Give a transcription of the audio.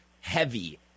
heavy